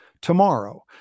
tomorrow